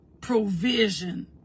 provision